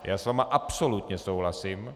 Já s vámi absolutně souhlasím.